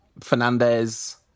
Fernandez